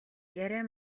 яриа